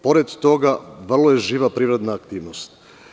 Pored toga vrlo je živa privredna aktivnost.